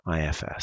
IFS